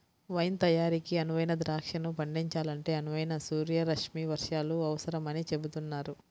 wine తయారీకి అనువైన ద్రాక్షను పండించాలంటే అనువైన సూర్యరశ్మి వర్షాలు అవసరమని చెబుతున్నారు